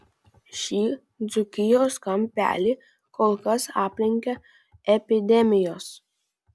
šį dzūkijos kampelį kol kas aplenkia epidemijos